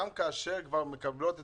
מקבלות אותה.